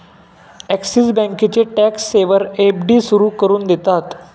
axis बँकेचे tax saver FD सुरू करून देतात